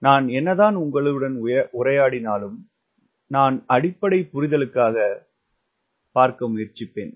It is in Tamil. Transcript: நான் என்னதான் உங்களுடன் உரையாடினாலும் நான் அடிப்படை புரிதலுக்காக அதைப் பார்க்க முயற்சிக்கிறேன்